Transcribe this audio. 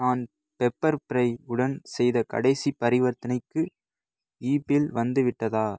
நான் Pepperfry உடன் செய்த கடைசிப் பரிவர்த்தனைக்கு ஈபில் வந்துவிட்டதா